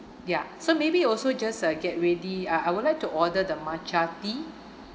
ya so maybe also just uh get ready uh I would like to order the matcha tea